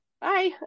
bye